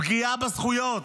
פגיעה בזכויות: